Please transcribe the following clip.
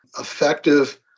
effective